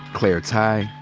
claire tighe,